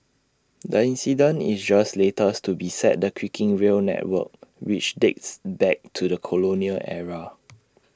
the incident is just latest to beset the creaking rail network which dates back to the colonial era